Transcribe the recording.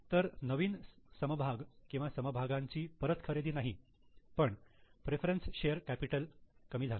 तर नवीन समभाग किंवा समभागांची परत खरेदी नाही पण प्रेफरन्स शेअर कॅपिटल कमी झाले